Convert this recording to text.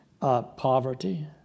Poverty